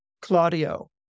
Claudio